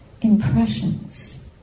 impressions